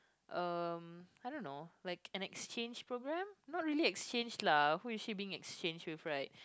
um I don't know like an exchange programme not really exchange lah who is she being exchanged with right